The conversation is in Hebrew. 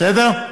בסדר?